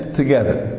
together